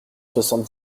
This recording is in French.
soixante